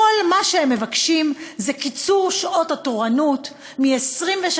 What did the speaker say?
כל מה שהם מבקשים זה קיצור שעות התורנות מ-26